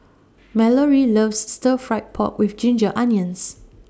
Mallory loves Stir Fry Pork with Ginger Onions